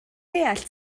deall